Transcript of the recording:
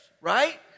right